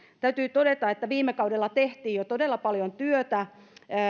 täytyy todeta että viime kaudella tehtiin jo todella paljon työtä